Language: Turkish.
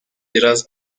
biraz